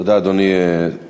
תודה, אדוני השר.